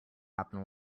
happen